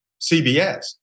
CBS